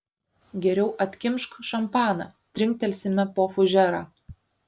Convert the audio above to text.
geriau atkimšk šampaną trinktelsime po fužerą